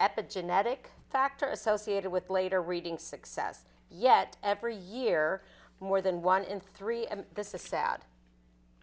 epigenetic factors associated with later reading success yet every year more than one in three and this is sad